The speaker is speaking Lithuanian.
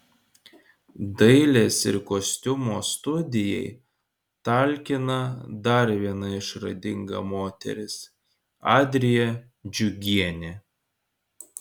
dailės ir kostiumo studijai talkina dar viena išradinga moteris adrija džiugienė